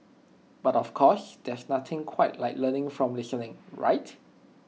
but of course there's nothing quite like learning from listening right